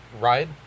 ride